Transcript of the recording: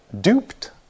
duped